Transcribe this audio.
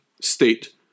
state